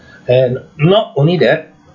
and not only that